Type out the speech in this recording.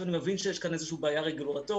ואני מבין שיש כאן איזושהי בעיה רגולטורית.